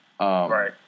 Right